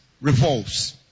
revolves